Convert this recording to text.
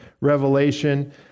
Revelation